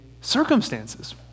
circumstances